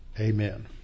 amen